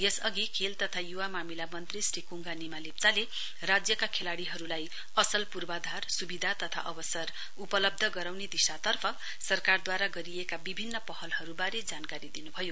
यस अघि खेल तथी युवा मामिला मन्त्री श्री कुङगा निमा लेप्चाले राज्यका खेलाड़ीहरुलाई असल पूर्वाधार सुविधा तथा अवसर उपलब्ध गराउने दिशातर्फ सरकारद्वारा गरिएका विभिन्न पहलहरुवारे जानकारी दिनुभयो